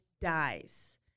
dies